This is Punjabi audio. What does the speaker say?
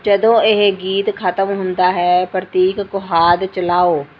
ਜਦੋਂ ਇਹ ਗੀਤ ਖਤਮ ਹੁੰਦਾ ਹੈ ਪ੍ਰਤੀਕ ਕੁਹਾਦ ਚਲਾਓ